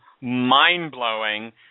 mind-blowing